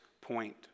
point